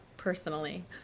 personally